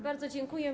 Bardzo dziękuję.